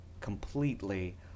completely